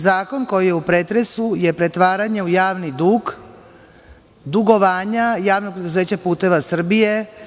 Zakon koji je u pretresu je pretvaranje u javni dug dugovanja JP "Putevi Srbije"